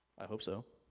i hope so.